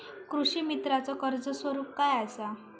कृषीमित्राच कर्ज स्वरूप काय असा?